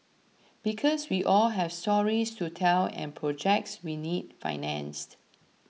because we all have stories to tell and projects we need financed